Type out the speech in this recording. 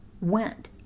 went